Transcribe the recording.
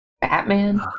batman